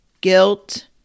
guilt